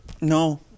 no